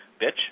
bitch